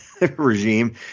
regime